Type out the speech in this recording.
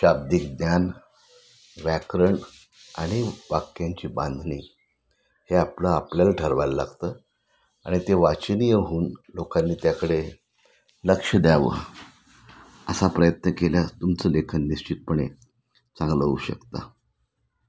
शाब्दिक ज्ञान व्याकरण आणि वाक्यांची बांधणी हे आपलं आपल्याला ठरवायला लागतं आणि ते वाचनीय होऊन लोकांनी त्याकडे लक्ष द्यावं असा प्रयत्न केला तुमचं लेखन निश्चितपणे चांगलं होऊ शकतं